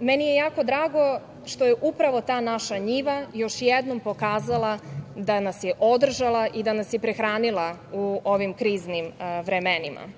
Meni je jako drago što je upravo ta naša njiva još jednom pokazala da nas je održala i da nas je prehranila u ovim kriznim vremenima.